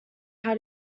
how